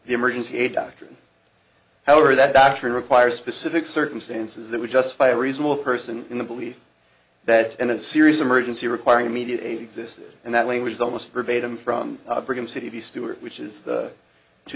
the emergency aid doctrine however that doctrine requires specific circumstances that would justify a reasonable person in the belief that in a series emergency requiring immediate aid exists and that language is almost verbatim from brigham city stuart which is the two